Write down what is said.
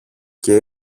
και